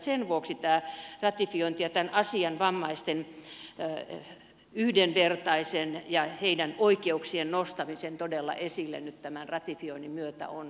sen vuoksi tämä ratifiointi ja tämän asian vammaisten yhdenvertaisuuden ja heidän oikeuksiensa nostaminen todella esille nyt tämän ratifioinnin myötä on